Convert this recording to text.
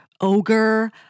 Ogre